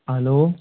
hello